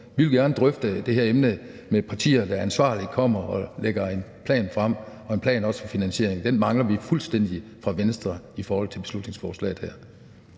Vi vil gerne drøfte det her emne med partier, der på ansvarlig vis kommer og lægger en plan frem og også en plan for finansieringen. Den mangler vi fuldstændig fra Venstres side i beslutningsforslaget her.